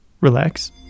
relax